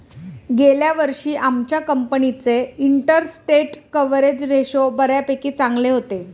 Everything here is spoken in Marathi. गेल्या वर्षी आमच्या कंपनीचे इंटरस्टेट कव्हरेज रेशो बऱ्यापैकी चांगले होते